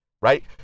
right